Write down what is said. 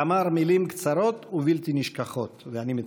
ואמר מילים קצרות ובלתי נשכחות, ואני מצטט: